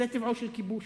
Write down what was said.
זה טבעו של כיבוש,